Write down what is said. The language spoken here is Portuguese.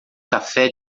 café